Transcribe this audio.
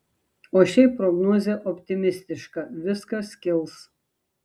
o šiaip prognozė optimistiška viskas kils